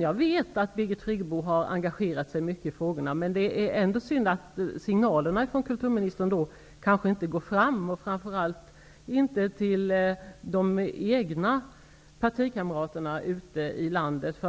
Jag vet att Birgit Friggebo har engagerat sig mycket i de här frågorna, men det är ändå synd att signalerna från kulturministern kanske inte går fram. Framför allt är det synd att de inte går fram till de egna partikamraterna ute i landet.